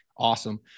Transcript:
Awesome